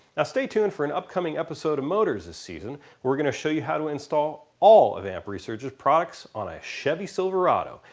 ah stay tuned for an upcoming episode of motorz this season where we're going to show you how to install all of amp research's products on a chevy silverado,